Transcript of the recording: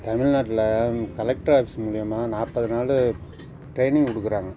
தமிழ்நாட்டில் collector office மூலயமா நாற்பது நாள் ட்ரெயினிங் கொடுக்குறாங்க